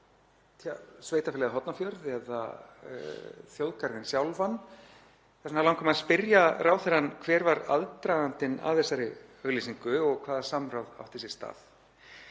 við Sveitarfélagið Hornafjörð eða þjóðgarðinn sjálfan. Þess vegna langar mig að spyrja ráðherrann: Hver var aðdragandinn að þessari auglýsingu og hvaða samráð átti sér stað?